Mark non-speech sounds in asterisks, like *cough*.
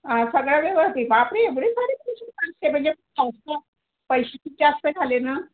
सगळं *unintelligible* बापरे एवढे सारे पैसे *unintelligible* म्हणजे पाच सहा पैसे किती जास्त झाले ना